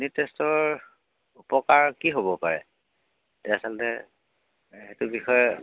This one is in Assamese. ইউনিট টেষ্টৰ উপকাৰ কি হ'ব পাৰে আচলতে সেইটো বিষয়ে